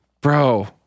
Bro